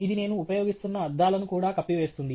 ఇది నేను ఉపయోగిస్తున్న అద్దాలను కూడా కప్పివేస్తుంది